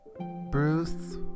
Bruce